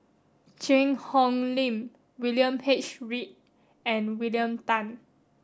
Cheang Hong Lim William H Read and William Tan